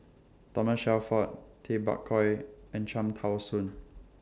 Thomas Shelford Tay Bak Koi and Cham Tao Soon